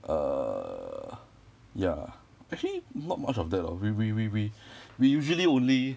err ya actually not much of that lah we we we we we usually only